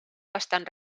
bastant